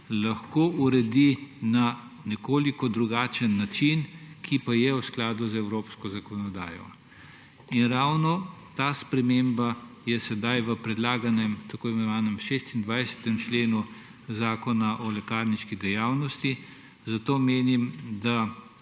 lahko uredi na nekoliko drugačen način, ki pa je v skladu z evropsko zakonodajo. In ravno ta sprememba je sedaj v predlaganem tako imenovanem 26. členu Zakona o lekarniški dejavnosti, zato menim, če